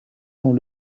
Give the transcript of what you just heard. quand